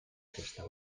aquesta